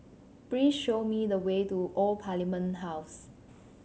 please show me the way to Old Parliament House